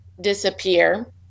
disappear